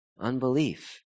Unbelief